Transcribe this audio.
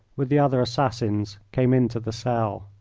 with the other assassins, came into the cell.